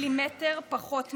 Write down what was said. מילימטר פחות מזה.